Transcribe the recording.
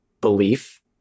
belief